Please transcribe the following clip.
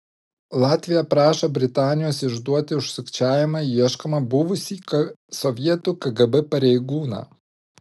latvija prašo britanijos išduoti už sukčiavimą ieškomą buvusį sovietų kgb pareigūną